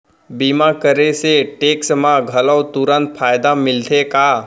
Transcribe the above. बीमा करे से टेक्स मा घलव तुरंत फायदा मिलथे का?